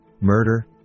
murder